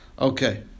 Okay